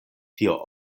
tio